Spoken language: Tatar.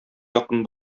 якын